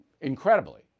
incredibly